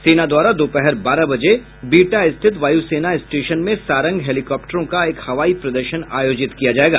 सेना द्वारा दोपहर बारह बजे बिहटा स्थित वायु सेना स्टेशन में सारंग हेलीकॉप्टरों का एक हवाई प्रदर्शन आयोजित किया जायेगा